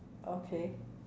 okay